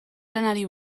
lanari